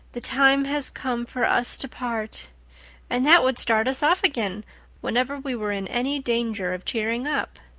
the time has come for us to part and that would start us off again whenever we were in any danger of cheering up.